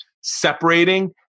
separating